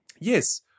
yes